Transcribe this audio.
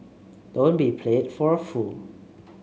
don't be played for a fool